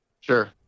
sure